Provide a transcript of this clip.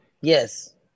yes